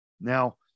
Now